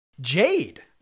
Jade